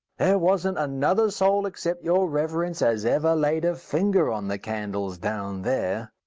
there wasn't another soul except your reverence as ever laid a finger on the candles down there.